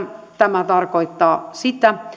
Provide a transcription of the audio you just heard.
tämä tarkoittaa sitä